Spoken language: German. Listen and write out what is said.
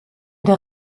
der